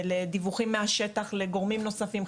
לדיווחים מהשטח גם לגורמים נוספים,